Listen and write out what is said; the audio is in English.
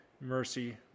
mercy